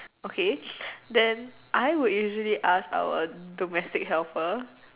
okay then I would usually ask our domestic helper